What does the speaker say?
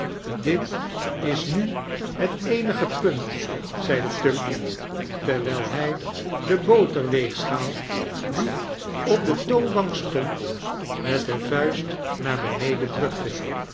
dit is nu het eenige punt zei tugby terwijl hij de boterweegschaal die op d toonbank stond met de vuist naar beneden drukte